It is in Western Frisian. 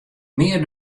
mear